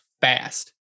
fast